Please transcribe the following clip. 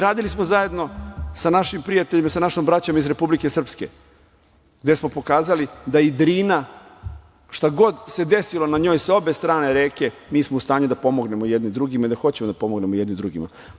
Radili smo zajedno sa našim prijateljima, sa našom braćom iz Republike Srpske, gde smo pokazali da i Drina, šta god se desilo na njoj sa obe strane reke mi smo u stanju da pomognemo jedni drugima i da hoćemo da pomognemo jedni drugima.